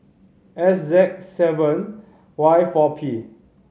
S Z seven Y four P